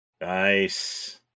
Nice